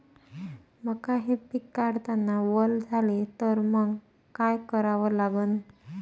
मका हे पिक काढतांना वल झाले तर मंग काय करावं लागन?